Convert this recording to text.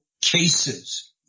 cases